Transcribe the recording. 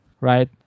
right